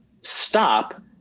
stop